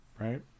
Right